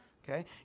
Okay